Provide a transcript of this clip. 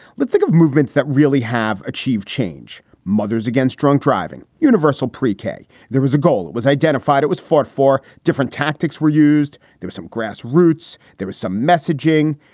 let's think of movements that really have achieved change. mothers against drunk driving. universal pre-k. there was a goal. it was identified. it was fought for. different tactics were used. there are some grass roots. there was some messaging.